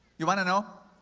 you want to know?